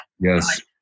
Yes